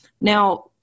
Now